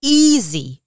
easy